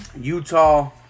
Utah